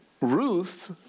Ruth